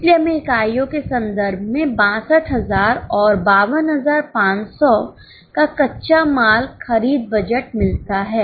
इसलिए हमें इकाइयों के संदर्भ में 62000 और 52500 का कच्चा माल खरीद बजट मिलता है